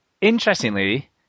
interestingly